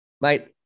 Mate